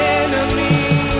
enemy